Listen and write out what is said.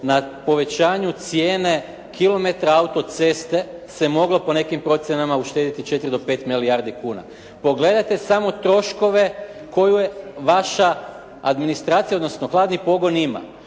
na povećanju cijene kilometara autoceste se moglo po nekim procjenama uštedjeti 4 do 5 milijardi kuna. Pogledajte samo troškove koje je vaša administracija, odnosno hladni pogon ima,